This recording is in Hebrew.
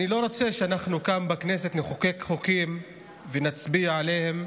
אני לא רוצה שאנחנו כאן בכנסת נחוקק חוקים ונצביע עליהם,